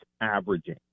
averaging